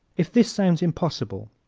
if this sounds impossible,